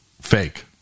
Fake